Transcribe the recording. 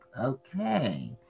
okay